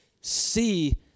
see